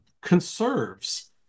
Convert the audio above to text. conserves